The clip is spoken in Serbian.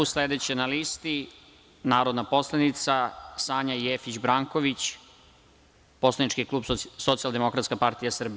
Sledeća na listi je narodna poslanica Sanja Jefić Branković, poslanički klub Socijaldemokratska partija Srbije.